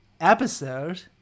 episode